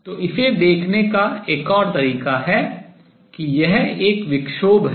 जो इसे देखने का एक और तरीका है कि यह एक विक्षोभ है